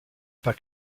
pas